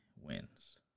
wins